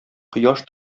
кояш